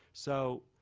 so,